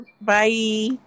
Bye